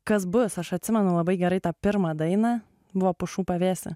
kas bus aš atsimenu labai gerai tą pirmą dainą buvo pušų pavėsy